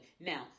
Now